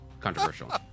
controversial